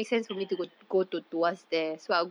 oh